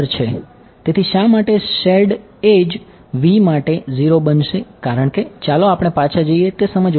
તેથી શા માટે શેર્ડ એડ્જ v માટે 0 બનશે કારણ કે ચાલો આપણે પાછા જઈએ તે સમજવા માટે